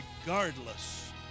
regardless